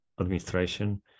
administration